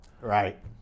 Right